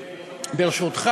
רוזין, בן ארי וגלאון.